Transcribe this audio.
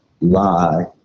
lie